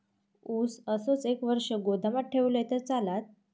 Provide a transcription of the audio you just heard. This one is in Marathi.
ऊस असोच एक वर्ष गोदामात ठेवलंय तर चालात?